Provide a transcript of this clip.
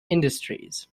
industries